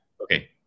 Okay